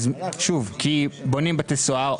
כי בונים בתי סוהר,